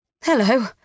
Hello